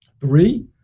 Three